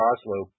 Oslo